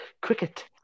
Cricket